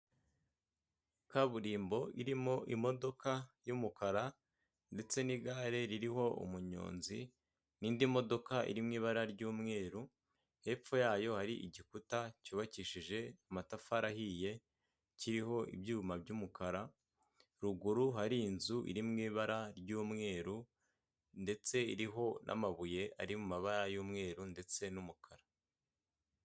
Kaburimbo irimo imodoka y'umukara ndetse n'igare ririho umunyonzi n'indi modoka iri muibara ry'umweru, hepfo yayo hari igikuta cyubakishije amatafari ahiye kiriho ibyuma by'umukara, ruguru hari inzu iri mu ibara ry'umweru ndetse iriho n'amabuye ari mu mabara y'umweru ndetse n'umukara.